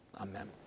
Amen